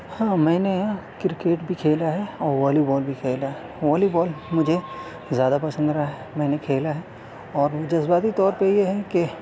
ہاں میں نے کرکٹ بھی کھیلا ہے اور والیوال بھی کھیلا ہے والیوال مجھے زیادہ پسند رہا ہے میں نے کھیلا ہے اور جذباتی طور پہ یہ ہے کہ